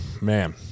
man